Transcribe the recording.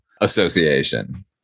association